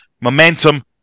momentum